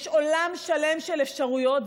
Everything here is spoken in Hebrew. יש עולם שלם של אפשרויות,